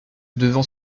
devant